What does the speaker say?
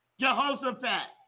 Jehoshaphat